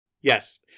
Yes